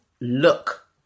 look